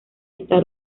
está